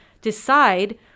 decide